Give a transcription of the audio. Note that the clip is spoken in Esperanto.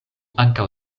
ankaŭ